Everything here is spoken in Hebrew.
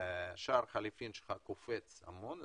שער חליפין שלך קופץ המון,